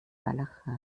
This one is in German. walachei